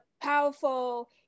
powerful